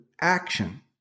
action